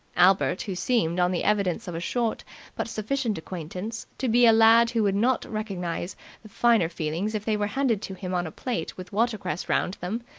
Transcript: albert, who seemed, on the evidence of a short but sufficient acquaintance, to be a lad who would not recognize the finer feelings if they were handed to him on a plate with watercress round them,